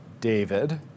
David